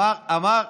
היית גם, לא?